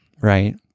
right